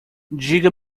diga